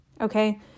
Okay